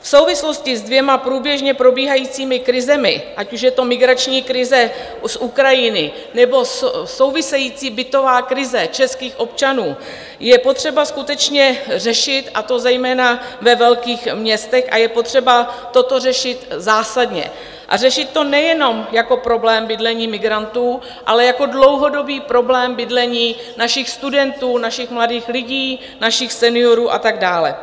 V souvislosti se dvěma průběžně probíhajícími krizemi, ať už je to migrační krize z Ukrajiny, nebo související bytová krize českých občanů, je potřeba skutečně řešit, a to zejména ve velkých městech, a je potřeba toto řešit zásadně a řešit to nejenom jako problém bydlení migrantů, ale jako dlouhodobý problém bydlení našich studentů, našich mladých lidí, našich seniorů a tak dále.